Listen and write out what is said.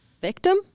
victim